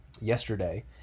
yesterday